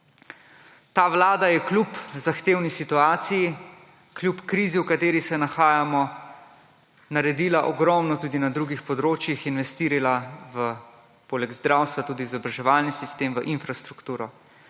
Ta vlada je kljub zahtevni situaciji, kljub krizi, v kateri se nahajamo, naredila ogromno tudi na drugih področjih, investirala v poleg zdravstva tudi izobraževalni sistem, v infrastrukturo.